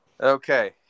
Okay